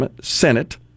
Senate